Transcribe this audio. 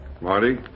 Marty